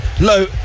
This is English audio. low